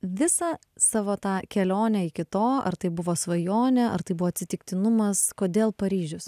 visą savo tą kelionę iki to ar tai buvo svajonė ar tai buvo atsitiktinumas kodėl paryžius